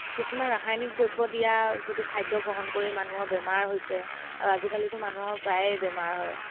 কিছুমান ৰাসায়নিক দ্ৰব্য দিয়া যদি খাদ্য গ্ৰহণ কৰি মানুহৰ বেমাৰ হৈছে আৰু আজিকালিটো মানুহৰ প্ৰায়েই বেমাৰ হয়